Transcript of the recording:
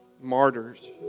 martyrs